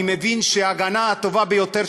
אני מבין שההגנה הטובה ביותר,